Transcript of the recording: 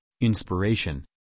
inspiration